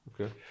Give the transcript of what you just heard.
okay